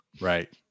Right